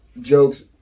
jokes